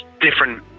different